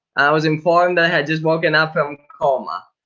i was informed that i had just woken up in coma.